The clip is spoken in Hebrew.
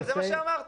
אבל זה מה שאמרת.